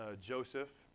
Joseph